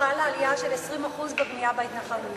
חלה עלייה של 20% בבנייה בהתנחלויות.